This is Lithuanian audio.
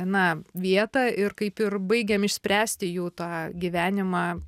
na vietą ir kaip ir baigiam išspręsti jų tą gyvenimą